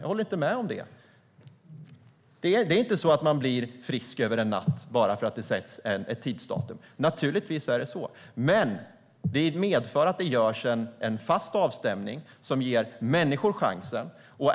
Jag håller inte med om det. Man blir inte frisk över en natt bara för att det sätts upp en tidsgräns. Naturligtvis är det så. Men det medför att det görs en fast avstämning som ger människor en chans.